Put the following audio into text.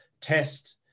test